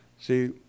See